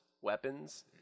weapons